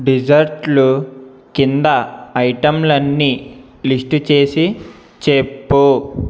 డిజర్ట్లు కింద ఐటమ్లన్ని లిస్టు చేసి చెప్పు